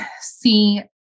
see